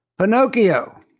Pinocchio